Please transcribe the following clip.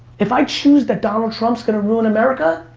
if i choose that donald trump's gonna ruin america,